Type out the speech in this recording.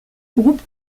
groupe